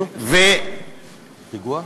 תודה.